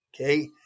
Okay